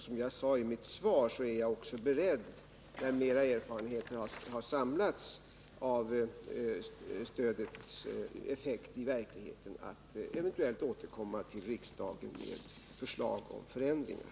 Som jag sade i svaret är jag beredd att när ytterligare erfarenheter av stödets effekter har samlats eventuellt återkomma till riksdagen med förslag om förändringar.